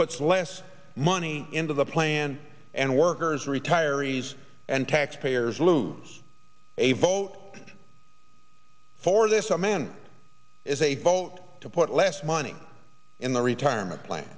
puts less money into the plan and workers retirees and tack payers lose a vote for this man is a vote to put less money in the retirement plan